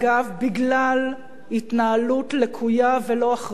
בגלל התנהלות לקויה ולא אחראית